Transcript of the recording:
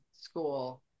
school